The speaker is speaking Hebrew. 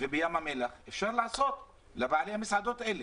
ובים המלח, אפשר לעשות לבעלי המסעדות האלה.